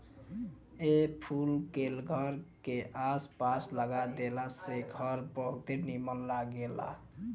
ए फूल के घर के आस पास लगा देला से घर बहुते निमन लागेला